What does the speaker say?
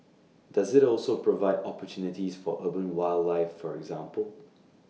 does IT also provide opportunities for urban wildlife for example